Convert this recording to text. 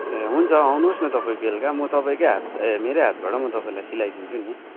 ए हुन्छ आउनुहोस् न तपाईँ बेलुका म तपाईँकै हात ए मेरै हातबडाट म तपाईँलाई सिलाइदिन्छु नि